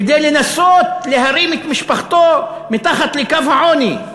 כדי לנסות להרים את משפחתו מתחת לקו העוני,